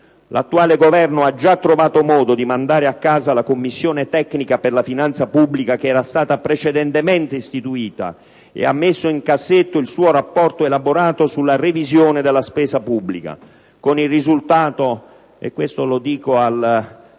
L'attuale Governo ha già trovato modo di mandare a casa la Commissione tecnica per la finanza pubblica che era stata precedentemente istituita a ha messo in un cassetto il suo rapporto elaborato sulla revisione della spesa pubblica, con il risultato - e questo lo dico al presidente